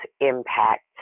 impact